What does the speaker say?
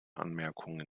anmerkungen